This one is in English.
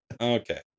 okay